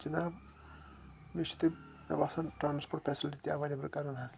جِناب مےٚ چھِ مےٚ بسان ٹرٛانسپوٹ فٮ۪سَلٹی تہِ اٮ۪وٮ۪لیبٕل کَرٕنۍ حَظ